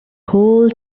whole